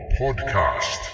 podcast